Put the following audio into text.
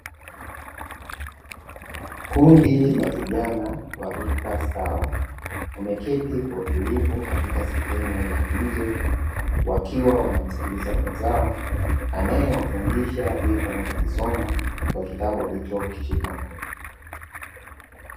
Kundi la vijana wa rika sawa wameketi kwa utulivu katika sehemu ya nje, wakiwa wanamsikiliza mwenzao anayewafundisha vitu anavyovisoma kwa kitabu alichokishika mkononi.